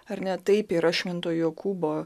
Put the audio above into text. ar ne taip yra švento jokūbo